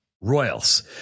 Royals